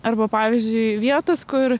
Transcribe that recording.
arba pavyzdžiui vietos kur